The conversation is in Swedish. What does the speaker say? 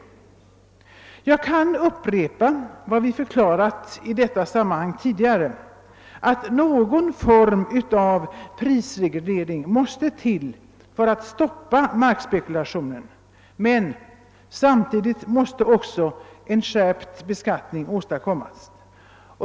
Jag kan upprepa vad vi tidigare förklarat i detta sammanhang, nämligen att någon form av prisreglering måste till för att stoppa markspekulationen, men samtidigt måste också en skärpt beskattning åstadkommas.